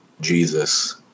Jesus